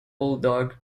bulldog